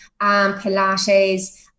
Pilates